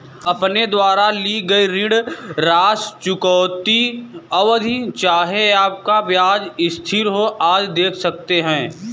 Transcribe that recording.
अपने द्वारा ली गई ऋण राशि, चुकौती अवधि, चाहे आपका ब्याज स्थिर हो, आदि देख सकते हैं